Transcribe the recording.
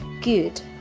good